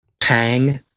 pang